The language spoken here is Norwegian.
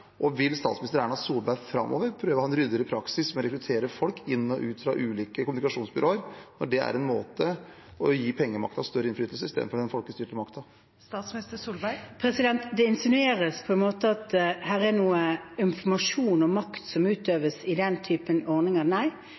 og hvilke bindinger dette kan skape? Vil statsminister Erna Solberg framover prøve å ha en ryddigere praksis for å rekruttere folk inn i og ut fra ulike kommunikasjonsbyråer, når det er en måte å gi pengemakten større innflytelse på, istedenfor den folkestyrte makten? Det insinueres på en måte at det her er noe informasjon og makt som utøves i den typen ordninger.